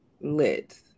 lit